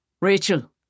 Rachel